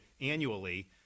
annually